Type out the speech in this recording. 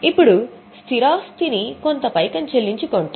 ఇప్పుడు స్థిరాస్తిని కొంత పైకం చెల్లించి కొంటాం